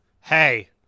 hey